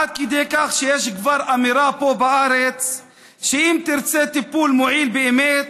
עד כדי כך שיש כבר אמירה פה בארץ שאם תרצה טיפול מועיל באמת,